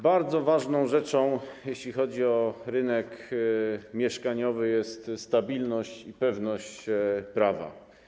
Bardzo ważną rzeczą, jeśli chodzi o rynek mieszkaniowy, jest stabilność i pewność prawa.